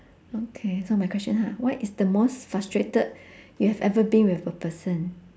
okay so my question ha what is the most frustrated you have ever been with a person